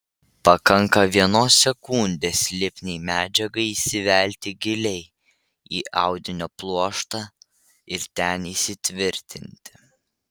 pakanka vienos sekundės lipniai medžiagai įsivelti giliai į audinio pluoštą ir ten įsitvirtinti